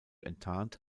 enttarnt